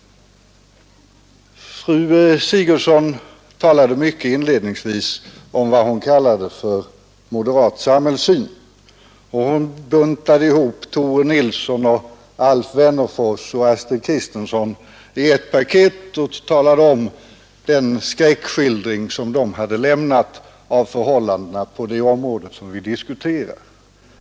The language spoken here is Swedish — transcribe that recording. Fru Sigurdsen uppehöll sig inledningsvis mycket vid vad hon kallade för moderat samhällssyn, och hon buntade ihop Tore Nilsson, Alf Wennerfors och Astrid Kristensson i ett paket och talade om den skräckskildring dessa skulle ha lämnat av förhållandena på det område vi diskuterar.